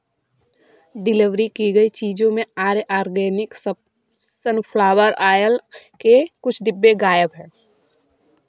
deliver कि गयी चीज़ों में आर्य आर्गेनिक सनफ्लॉवर आयल के कुछ डब्बे गायब हैं